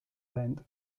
band